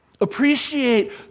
appreciate